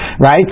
right